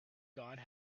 god